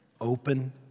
open